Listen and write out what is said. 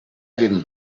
didn’t